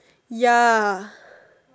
ya